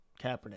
Kaepernick